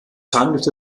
handelte